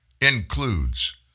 includes